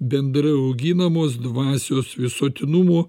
bendrai auginamos dvasios visuotinumo